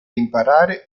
imparare